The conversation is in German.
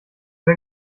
wer